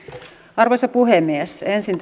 arvoisa puhemies ensin